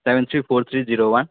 seven three four three zero one